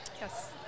yes